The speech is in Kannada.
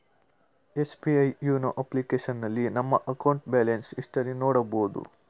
ಎಸ್.ಬಿ.ಐ ಯುನೋ ಅಪ್ಲಿಕೇಶನ್ನಲ್ಲಿ ನಮ್ಮ ಅಕೌಂಟ್ನ ಬ್ಯಾಲೆನ್ಸ್ ಹಿಸ್ಟರಿ ನೋಡಬೋದು